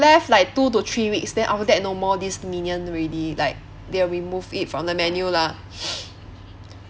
left like two to three weeks then after that no more this minion already like they remove it from the menu lah